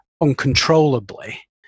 uncontrollably